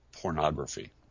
pornography